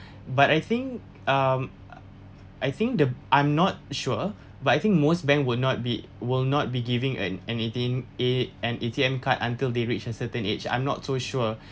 but I think um I think the I'm not sure but I think most bank will not be will not be giving an anything a an A_T_M card until they reach a certain age I'm not so sure